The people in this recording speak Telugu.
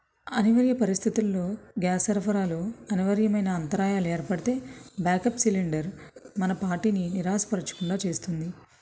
అనివార్య పరిస్థితుల్లో గ్యాస్ సరఫరాలు అనివార్యమైన అంతరాయాలు ఏర్పడితే బ్యాకప్ సిలిండర్ మన పార్టీని నిరాశపరచకుండా చేస్తుంది